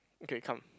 okay come